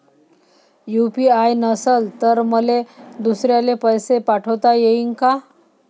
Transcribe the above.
UPI नसल तर मले दुसऱ्याले पैसे पाठोता येईन का?